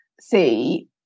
see